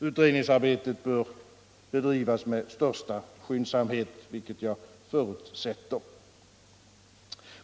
Utredningsarbetet bör bedrivas med största skyndsamhet, vilket jag förutsätter blir fallet.